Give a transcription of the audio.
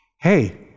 Hey